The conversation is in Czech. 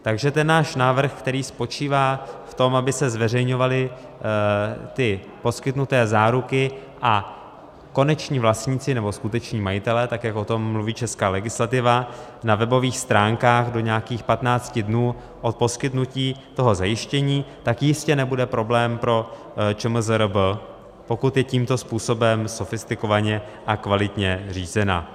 Takže ten náš návrh, který spočívá v tom, aby se zveřejňovaly poskytnuté záruky a koneční vlastníci, nebo skuteční majitelé, jak o tom mluví česká legislativa, na webových stránkách do nějakých patnácti dnů od poskytnutí zajištění jistě nebude pro ČMZRB problém, pokud je tímto způsobem sofistikovaně a kvalitně řízena.